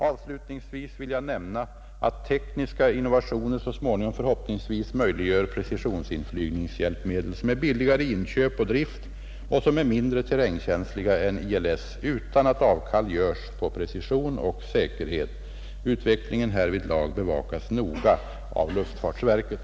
Avslutningsvis vill jag nämna att tekniska innovationer så småningom förhoppningsvis möjliggör precisionsinflygningshjälpmedel som är billigare i inköp och drift och som är mindre terrängkänsliga än ILS utan att avkall görs på precision och säkerhet. Utvecklingen härvidlag bevakas noga av luftfartsverket.